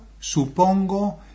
supongo